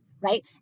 Right